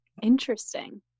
Interesting